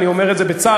אני אומר את זה בצער,